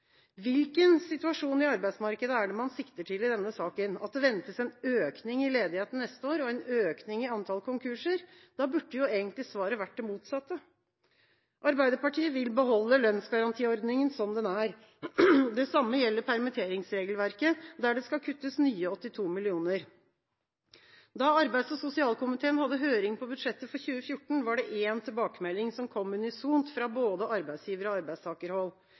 Hvilken situasjon i arbeidsmarkedet er det man sikter til i denne saken – at det ventes en økning i ledigheten neste år og en økning i antall konkurser? Da burde jo egentlig svaret vært det motsatte! Arbeiderpartiet vil beholde lønnsgarantiordningen som den er. Det samme gjelder permitteringsregelverket, der det skal kuttes nye 82 mill. kr. Da arbeids- og sosialkomiteen hadde høring på budsjettet for 2014, var det én tilbakemelding som kom unisont fra både arbeidsgiver- og arbeidstakerhold: